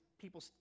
people